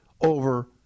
over